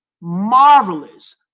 marvelous